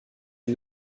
est